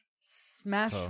Smash